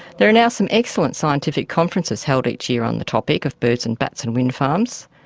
there are now some excellent scientific conferences held each year on the topic of birds and bats and wind farms,